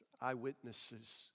Eyewitnesses